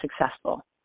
successful